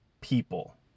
people